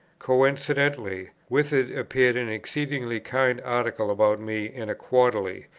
coincidently with it appeared an exceedingly kind article about me in a quarterly,